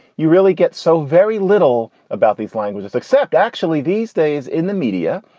you really get so very little about these languages, except actually these days in the media.